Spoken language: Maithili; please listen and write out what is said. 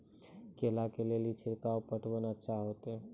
केला के ले ली छिड़काव पटवन अच्छा होते?